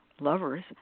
lovers